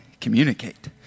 Communicate